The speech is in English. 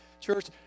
Church